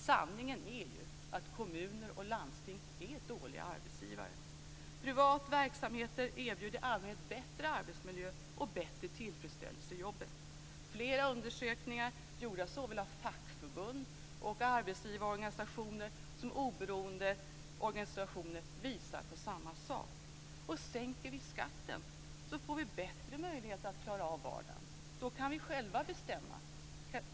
Sanningen är ju att kommuner och landsting är dåliga arbetsgivare. Privata verksamheter erbjuder i allmänhet bättre arbetsmiljö och bättre tillfredsställelse i jobbet. Flera undersökningar, gjorda såväl av fackförbund och arbetsgivarorganisationer som av oberoende organisationer, visar på samma sak. Sänker vi skatten får vi bättre möjligheter att klara av vardagen. Då kan vi själva bestämma.